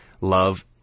love